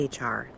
HR